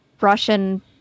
Russian